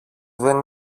δεν